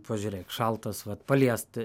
pažiūrėk šaltas vat paliesti